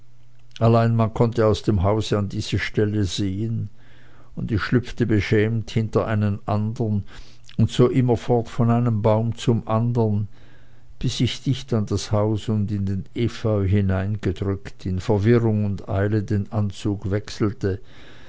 allein man konnte aus dem hause an diese stelle sehen und ich schlüpfte beschämt hinter einen andern und so immer fort von einem baume zum andern bis ich dicht an das haus und in den efeu hineingedrückt in verwirrung und eile den anzug wechselte